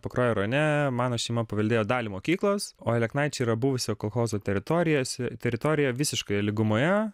pakruojo rajone mano šeima paveldėjo dalį mokyklos o aleknaičiai yra buvusio kolchozo teritorijos teritorija visiškoje lygumoje